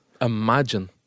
Imagine